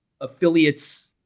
affiliates